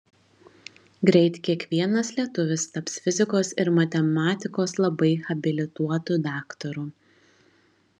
greit kiekvienas lietuvis taps fizikos ir matematikos labai habilituotu daktaru